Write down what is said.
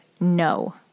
no